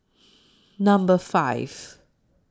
Number five